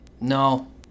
No